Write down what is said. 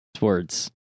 Words